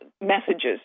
messages